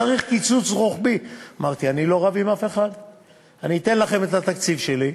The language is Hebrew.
יושב-ראש הוועדה,